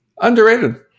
Underrated